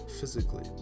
physically